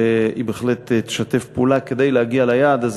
והיא בהחלט תשתף פעולה כדי להגיע ליעד הזה,